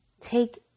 Take